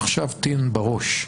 עכשיו תן בראש,